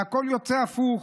והכול יוצא הפוך.